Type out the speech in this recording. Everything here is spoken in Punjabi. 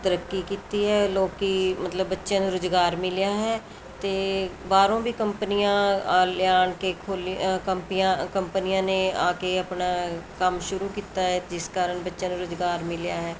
ਤਰੱਕੀ ਕੀਤੀ ਹੈ ਲੋਕੀ ਮਤਲਬ ਬੱਚਿਆਂ ਨੂੰ ਰੁਜ਼ਗਾਰ ਮਿਲਿਆ ਹੈ ਅਤੇ ਬਾਹਰੋਂ ਵੀ ਕੰਪਨੀਆਂ ਆ ਲਿਆਉਣ ਕੇ ਖੋਲ੍ਹੀਆਂ ਕੰਪਨੀਆਂ ਕੰਪਨੀਆਂ ਨੇ ਆ ਕੇ ਆਪਣਾ ਕੰਮ ਸ਼ੁਰੂ ਕੀਤਾ ਹੈ ਜਿਸ ਕਾਰਨ ਬੱਚਿਆਂ ਨੂੰ ਰੁਜ਼ਗਾਰ ਮਿਲਿਆ ਹੈ